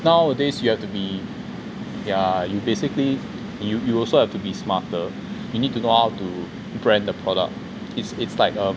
nowadays you have to be ya you basically you you will also have to be smarter you need to know how to brand the product it's it's like a